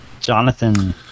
Jonathan